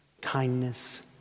kindness